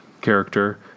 character